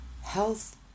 health